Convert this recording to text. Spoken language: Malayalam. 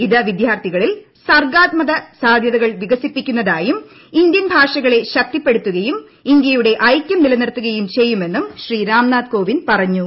ഇത് വിദ്യാർത്ഥികളിൽ സർഗ്ഗാത്മക സാധ്യതകൾ വികസിപ്പിക്കുകയും ഇന്ത്യൻ ഭാഷകളെ ശക്തിപ്പെടുത്തുകയും ഇന്ത്യയുടെ ഐക്യം നിലനിർത്തുകയും ചെയ്യുമെന്നും ശ്രീ രാംനാഥ് കോവിന്ദ് പറഞ്ഞു